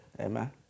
Amen